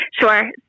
Sure